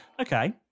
Okay